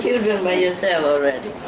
by yourself already.